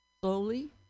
slowly